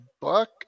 buck